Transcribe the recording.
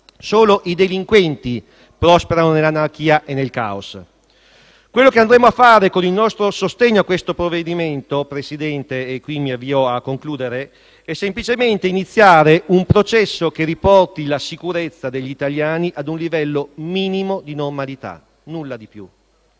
Solo i delinquenti prosperano nell'anarchia e nel caos. Quello che andremo a fare con il nostro sostegno a questo provvedimento, Presidente - e mi avvio alla conclusione - è semplicemente iniziare un processo che riporti la sicurezza degli italiani a un livello minimo di normalità. Nulla di più.